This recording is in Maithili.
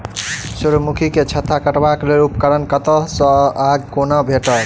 सूर्यमुखी केँ छत्ता काटबाक लेल उपकरण कतह सऽ आ कोना भेटत?